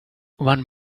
one